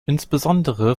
insbesondere